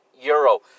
euro